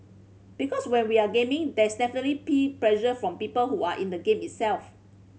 because when we are gaming there is definitely peer pressure from people who are in the game itself